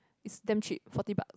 it's damn cheap forty bucks